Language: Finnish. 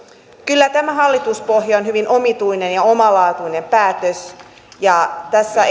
kyllä tämä hallituspohja on hyvin omituinen ja omalaatuinen päätös tässä